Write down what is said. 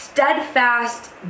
steadfast